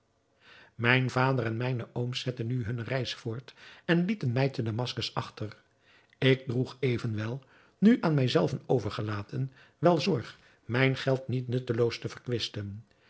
mijn vader en mijne ooms zetten nu hunne reis voort en lieten mij te damaskus achter ik droeg evenwel nu aan mij zelven overgelaten wel zorg mijn geld niet nutteloos te verkwisten